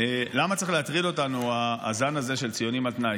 למה צריך להטריד אותנו הזן הזה של ציונים על תנאי?